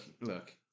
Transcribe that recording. look